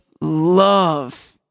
love